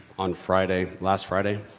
on friday, last friday,